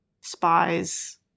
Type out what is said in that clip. spies